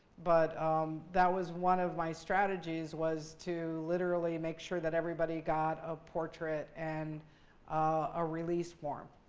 but that was one of my strategies was to, literally, make sure that everybody got a portrait and a release form.